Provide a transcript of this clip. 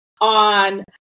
on